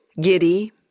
giddy